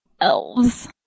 elves